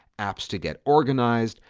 apps to get organized,